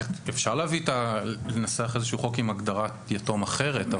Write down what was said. אפשר לנסח איזשהו חוק עם הגדרת יתום אחרת,